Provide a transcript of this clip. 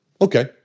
okay